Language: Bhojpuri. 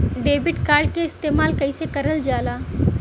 डेबिट कार्ड के इस्तेमाल कइसे करल जाला?